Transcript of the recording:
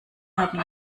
haben